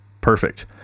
Perfect